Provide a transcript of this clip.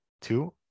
Two